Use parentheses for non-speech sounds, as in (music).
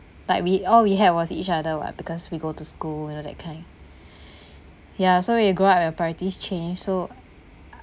like we all we had was each other [what] because we go to school you know that kind (breath) ya so you grow up your priorities change so